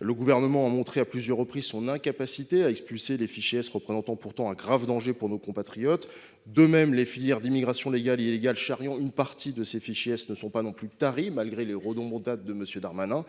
Le Gouvernement a fait montre à plusieurs reprises de son incapacité à expulser les fichés S, qui représentent pourtant un grave danger pour nos compatriotes. De même, les filières d’immigration légale et illégale charriant une partie de ces fichés S ne sont pas non plus taries, en dépit des rodomontades de M. Darmanin.